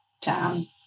down